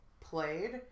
played